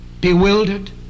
bewildered